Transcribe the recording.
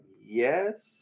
yes